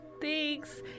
Thanks